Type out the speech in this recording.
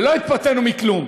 ולא התפתינו בכלום.